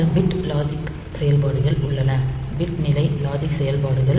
சில bit logic செயல்பாடுகள் உள்ளன பிட் நிலை லாஜிக் செயல்பாடுகள்